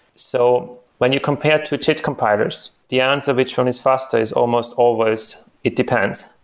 so when you compare two jit compilers, the answerer which one is faster is almost always it depends.